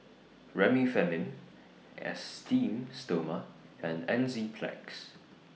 Remifemin Esteem Stoma and Enzyplex